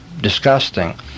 disgusting